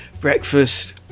breakfast